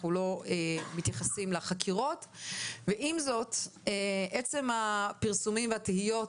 אנחנו לא מתייחסים לחקירות ועם זאת עצם הפרסומים והתהיות,